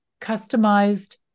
customized